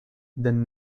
than